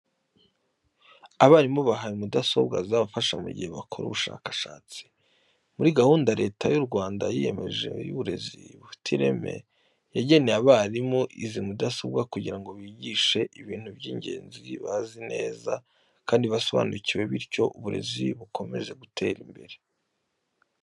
Abarimu bahawe mudasobwa zizabafasha mu gihe bakora ubushakashatsi. Muri gahunda Leta y'u Rwanda yiyemeje y'uburezi bufite ireme, yageneye abarimu izi mudasobwa kugira ngo bigishe ibintu by'ingenzi bazi neza kandi basobanukiwe bityo uburezi bukomeze gutera imbere.